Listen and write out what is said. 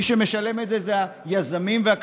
מי שמשלם את זה הם היזמים והקבלנים.